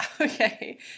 Okay